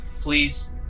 Please